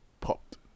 popped